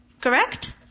Correct